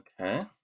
Okay